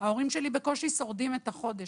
ההורים שלי בקושי שורדים את החודש,